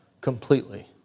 completely